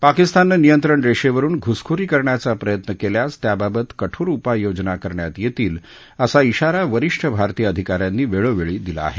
पाकिस्ताननं नियंत्रणरेषेवरून घुसखोरी करण्याचा प्रयत्न केल्यास त्याबाबत कठोर उपाययोजना करण्यात येतील असा श्रीारा वरिष्ठ भारतीय अधिकाऱ्यांनी वेळोवेळी दिला आहे